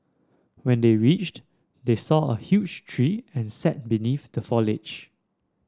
when they reached they saw a huge tree and sat beneath the foliage